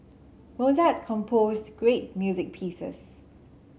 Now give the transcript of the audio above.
Mozart composed great music pieces